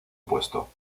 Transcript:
puesto